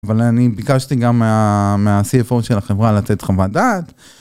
אבל אני ביקשתי גם מהCFO של החברה לתת חוות דעת.